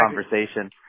conversation